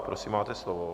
Prosím, máte slovo.